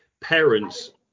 Parents